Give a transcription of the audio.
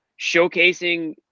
showcasing –